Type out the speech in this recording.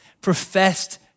professed